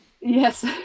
Yes